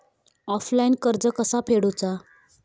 Offline कर्ज कसा फेडूचा?